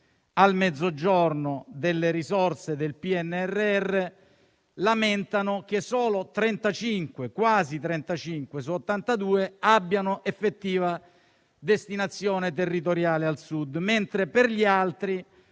al Mezzogiorno delle risorse del PNRR: si lamenta che quasi 35 miliardi su 82 abbiano effettiva destinazione territoriale al Sud, mentre per gli altri